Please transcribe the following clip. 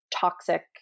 toxic